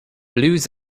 blues